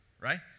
right